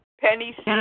Penny